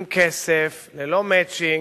עם כסף, ללא "מצ'ינג",